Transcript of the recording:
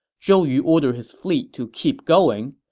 zhou yu ordered his fleet to keep going.